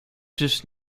czyż